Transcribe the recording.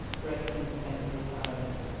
breaking the painful silence.